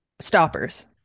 stoppers